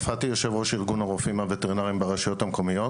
ארגון הרופאים הווטרינריים ברשויות המקומיות.